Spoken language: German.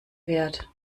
wert